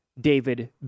David